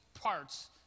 parts